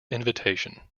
invitation